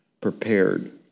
prepared